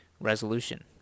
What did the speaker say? resolution